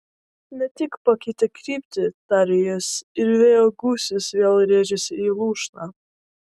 ne tik pakeitė kryptį tarė jis ir vėjo gūsis vėl rėžėsi į lūšną